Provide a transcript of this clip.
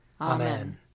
Amen